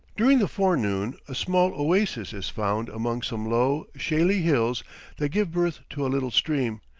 during the forenoon a small oasis is found among some low, shaly hills that give birth to a little stream,